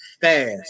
fast